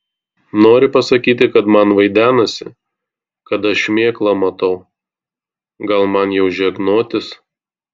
nori pasakyti kad man vaidenasi kad aš šmėklą matau gal man jau žegnotis